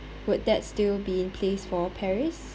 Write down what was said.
would that still be in place for paris